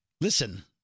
Listen